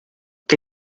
que